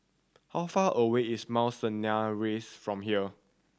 how far away is Mount Sinai Rise from here